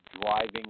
driving